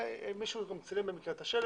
ומישהו במקרה גם צילם את השלט,